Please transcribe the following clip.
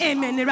Amen